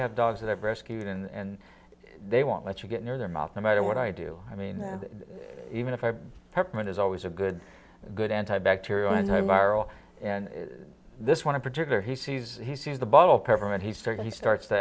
have dogs that have rescued and they won't let you get near their mouth no matter what i do i mean even if a permit is always a good good anti bacterial anti viral and this one in particular he sees he sees the bottle perform and he started he starts to